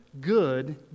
good